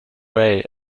way